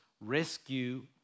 rescue